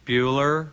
Bueller